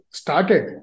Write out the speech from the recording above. started